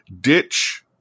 Ditch